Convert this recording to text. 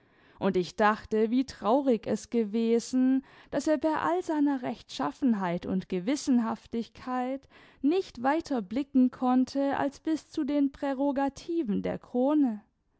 und ich dachte wie traurig es gewesen daß er bei all seiner rechtschaffenheit und gewissenhaftigkeit nicht weiter blicken konnte als bis zu den prärogativen der krone